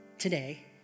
today